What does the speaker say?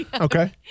Okay